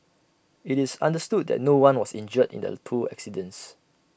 IT is understood that no one was injured in the two accidents